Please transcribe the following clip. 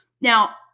Now